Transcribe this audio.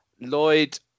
Lloyd